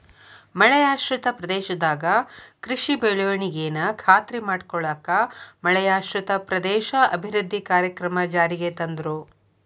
ಮಳೆಯಾಶ್ರಿತ ಪ್ರದೇಶದಾಗ ಕೃಷಿ ಬೆಳವಣಿಗೆನ ಖಾತ್ರಿ ಮಾಡ್ಕೊಳ್ಳಾಕ ಮಳೆಯಾಶ್ರಿತ ಪ್ರದೇಶ ಅಭಿವೃದ್ಧಿ ಕಾರ್ಯಕ್ರಮ ಜಾರಿಗೆ ತಂದ್ರು